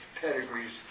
pedigrees